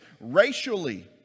racially